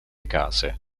case